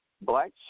black